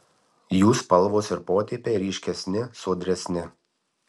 jų spalvos ir potėpiai ryškesni sodresni